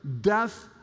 death